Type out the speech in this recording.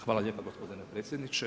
Hvala lijepa gospodine predsjedniče.